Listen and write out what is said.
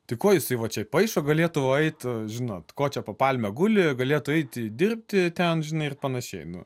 tai ko jisai va čia paišo galėtų eiti žinot ko čia po palme guli galėtų eiti dirbti ten žinai ir panašiai nu